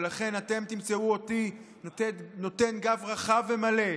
ולכן אתם תמצאו אותי נותן גב רחב ומלא,